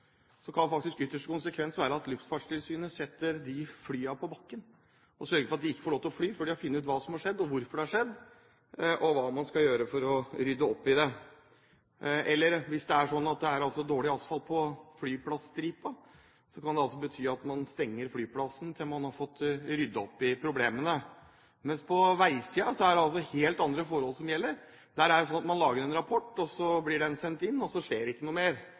Så det er jo fullt mulig å ta en del av disse grepene og få et skikkelig tilsyn. Hele poenget med tilsynet er jo at man ønsker å ha det på samme måte som man f.eks. har det på luftfartssiden. Hvis det skjer en ulykke med en flytype, kan Luftfartstilsynet i ytterste konsekvens sette flyene på bakken og sørge for at de ikke får fly før de har funnet ut hva som har skjedd, hvorfor det har skjedd, og hva man skal gjøre for å rydde opp i det. Hvis det er sånn at det er dårlig asfalt på flyplasstripa, kan det bety at man stenger flyplassen til man har fått ryddet opp i problemene. Men på veisiden er det helt andre forhold